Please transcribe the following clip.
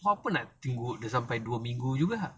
buat apa nak tunggu sampai dua minggu juga